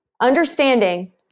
understanding